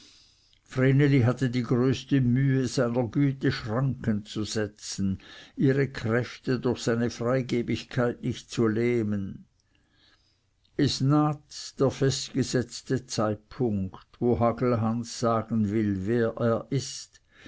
vreneli hatte die größte mühe seiner güte schranken zu setzen ihre kräfte durch seine freigebigkeit nicht zu lähmen es naht der festgesetzte zeitpunkt wo hagelhans sagen will wer er ist